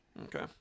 Okay